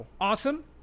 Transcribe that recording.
awesome